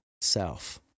self